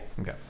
Okay